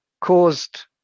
caused